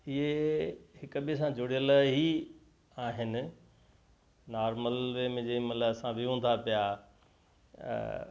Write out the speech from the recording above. इहे हिक ॿिए सां जुड़यल ही आहिनि नॉर्मल वे में जेॾीं महिल असां वियूं था पिया